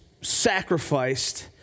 sacrificed